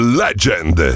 legend